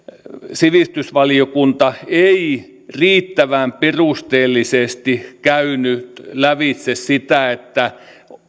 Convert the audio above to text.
sivistysvaliokunta ei riittävän perusteellisesti käynyt lävitse sitä että